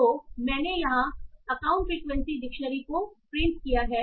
तो मैंने यहां अकाउंट फ्रीक्वेंसी डिक्शनरी को प्रिंट किया है